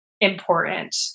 important